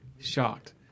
shocked